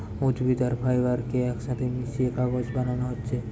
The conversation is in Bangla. উদ্ভিদ আর ফাইবার কে একসাথে মিশিয়ে কাগজ বানানা হচ্ছে